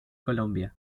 colombia